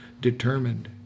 determined